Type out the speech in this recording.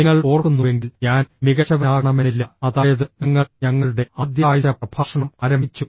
നിങ്ങൾ ഓർക്കുന്നുവെങ്കിൽ ഞാൻ മികച്ചവനാകണമെന്നില്ല അതായത് ഞങ്ങൾ ഞങ്ങളുടെ ആദ്യ ആഴ്ച പ്രഭാഷണം ആരംഭിച്ചു